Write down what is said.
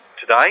today